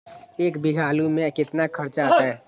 एक बीघा आलू में केतना खर्चा अतै?